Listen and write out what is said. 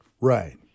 right